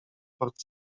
port